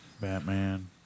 Batman